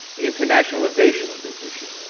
the internationalization of this issue,